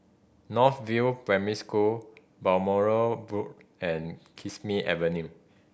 North View Primary School Balmoral Road and Kismi Avenue